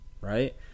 right